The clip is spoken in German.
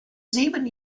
sieben